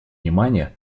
внимание